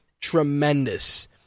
tremendous